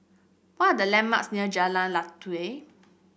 what are the landmarks near Jalan Lateh